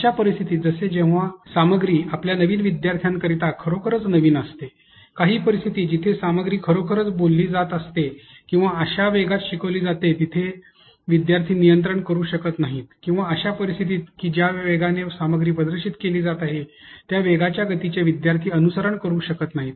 अशा परिस्थिती जसे की जेव्हा सामग्री आपल्या नवीन विद्यार्थ्यांकरिता खरोखर नवीन असते काही परिस्थितीत जिथे सामग्री खरोखर बोलली जात असते किंवा अशा वेगात शिकविली जाते जिथे विद्यार्थी नियंत्रित करू शकत नाहीत किंवा अशा परिस्थितीत की ज्या वेगाने सामग्री प्रदर्शित केली जात आहे त्या वेगाच्या गतीचे विद्यार्थी अनुसरण करू शकत नाहीत